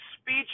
speech